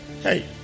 Hey